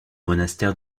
monastère